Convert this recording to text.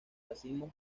racimos